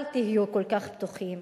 אל תהיו כל כך בטוחים